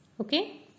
Okay